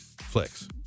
flicks